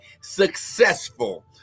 successful